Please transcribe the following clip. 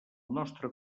nostre